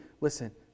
listen